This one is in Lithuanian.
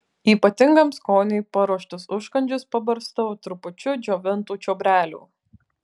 ypatingam skoniui paruoštus užkandžius pabarstau trupučiu džiovintų čiobrelių